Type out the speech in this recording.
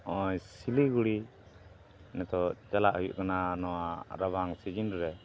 ᱱᱚᱜᱼᱚᱭ ᱥᱤᱞᱤᱜᱩᱲᱤ ᱱᱤᱛᱚᱜ ᱪᱟᱞᱟᱜ ᱦᱩᱭᱩᱜ ᱠᱟᱱᱟ ᱱᱚᱣᱟ ᱨᱟᱵᱟᱝ ᱥᱤᱡᱤᱱ ᱨᱮ